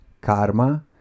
karma